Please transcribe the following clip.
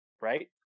right